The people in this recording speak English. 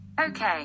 Okay